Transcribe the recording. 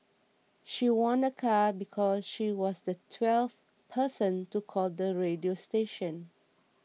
she won a car because she was the twelfth person to call the radio station